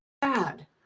bad